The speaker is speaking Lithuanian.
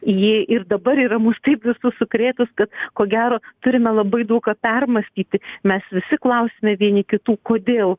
ji ir dabar yra mus taip visus sukrėtus kad ko gero turime labai daug ką permąstyti mes visi klausiame vieni kitų kodėl